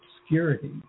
obscurity